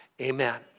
amen